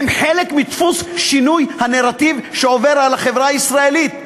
הם חלק מדפוס שינוי הנרטיב שעובר על החברה הישראלית,